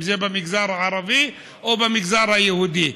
אם זה במגזר הערבי או במגזר היהודי.